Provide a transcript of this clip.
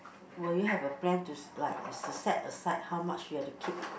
will you have a plan to like set aside how much you have to keep